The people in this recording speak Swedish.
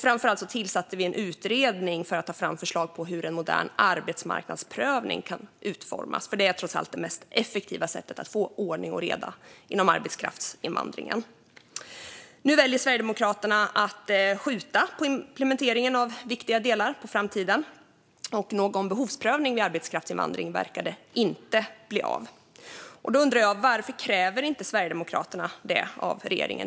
Framför allt tillsatte vi en utredning för att ta fram förslag på hur en modern arbetsmarknadsprövning kan utformas, för det är trots allt det mest effektiva sättet att få ordning och reda inom arbetskraftsinvandringen. Nu väljer Sverigedemokraterna att skjuta på implementeringen av viktiga delar på framtiden, och någon behovsprövning vid arbetskraftsinvandring verkar inte bli av. Då undrar jag varför Sverigedemokraterna inte kräver det av regeringen.